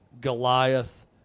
Goliath